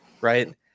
right